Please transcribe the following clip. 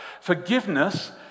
Forgiveness